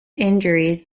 injuries